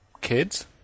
kids